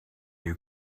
you